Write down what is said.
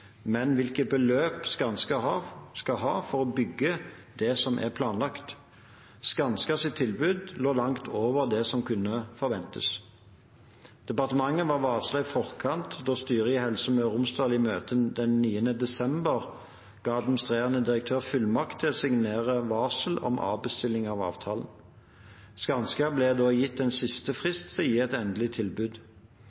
men om hvilket beløp Skanska skal ha for å bygge det som er planlagt. Skanskas tilbud lå langt over det som kunne forventes. Departementet var varslet i forkant da styret for Helse Møre og Romsdal i møtet den 9. desember ga administrerende direktør fullmakt til å signere varsel om avbestilling av avtalen. Skanska ble da gitt en siste